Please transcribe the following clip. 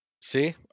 See